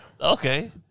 Okay